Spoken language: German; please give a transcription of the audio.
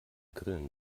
grillen